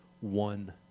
one